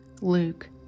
Luke